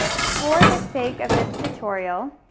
for the sake of this tutorial,